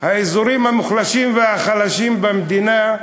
האזורים המוחלשים והחלשים במדינה,